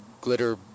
glitter